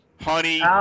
honey